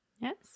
Yes